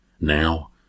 Now